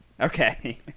okay